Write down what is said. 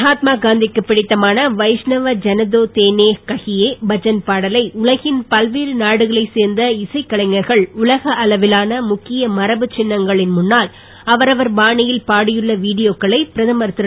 மகாத்மா காந்திக்குப் பிடித்தமான வைஷ்ணவ ஜனதோ தேனே கஹியே பஜன் பாடலை உலகின் பல்வேறு நாடுகளை சேர்ந்த இசைக் கலைஞர்கள் உலக அளவிலான முக்கிய மரபுச் சின்னங்களின் முன்னால் அவரவர் பாணியில் பாடியுள்ள வீடியோக்களை பிரதமர் திரு